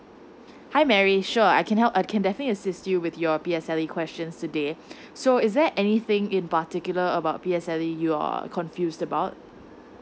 hi mary sure I can help I can definitely assist you with your B_S questions today so is there anything in particular about B_S you're a confused about